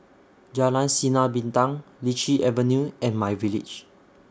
Jalan Sinar Bintang Lichi Avenue and MyVillage